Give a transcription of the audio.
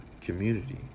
community